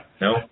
No